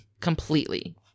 completely